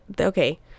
okay